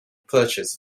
purchase